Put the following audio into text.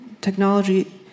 Technology